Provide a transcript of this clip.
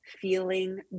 feeling